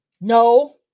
no